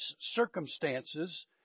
circumstances